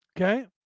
Okay